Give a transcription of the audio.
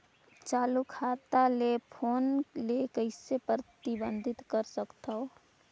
चालू खाता ले फोन ले कइसे प्रतिबंधित कर सकथव?